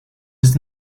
its